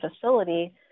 facility